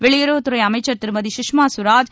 வெளியுறவுத்துறை அமைச்சர் திருமதி சுஷ்மா ஸ்வராஜ்